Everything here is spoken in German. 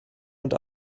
und